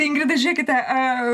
ingrida žiūrėkite